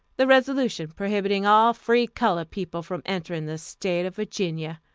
the resolution prohibiting all free colored people from entering the state of virginia.